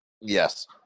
Yes